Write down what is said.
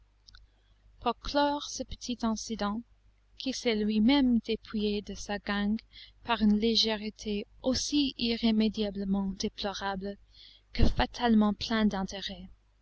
ce petit incident qui s'est lui-même dépouillé de sa gangue par une légèreté aussi irrémédiablement déplorable que fatalement pleine d'intérêt